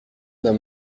d’un